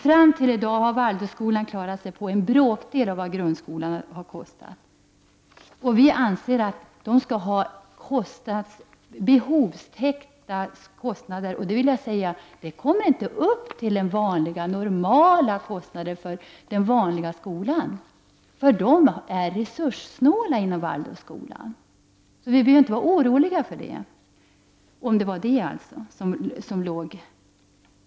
Fram till i dag har Waldorfskolan klarat sig på en bråkdel av vad grundskolan kostar, och den bör få täckning för sina kostnader. Waldorfskolan är resurssnål, och kostnaderna för den kommer inte upp i kostnaderna för den vanliga skolan.